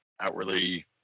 outwardly